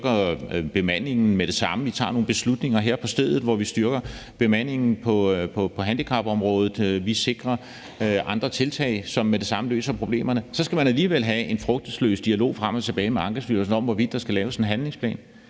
vi styrker bemandingen med det samme; vi tager nogle beslutninger her på stedet, hvor vi styrker bemandingen på handicapområdet; vi sikrer andre tiltag, som med det samme løser problemerne. Og så skal man alligevel have en frugtesløs dialog frem og tilbage med Ankestyrelsen om, hvorvidt der skal laves en handlingsplan.